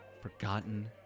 forgotten